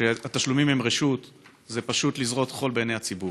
שהתשלומים הם רשות זה פשוט לזרות חול בעיני הציבור.